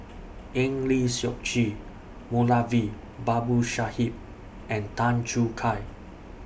Eng Lee Seok Chee Moulavi Babu Sahib and Tan Choo Kai